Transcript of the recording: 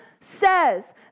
says